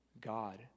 God